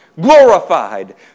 Glorified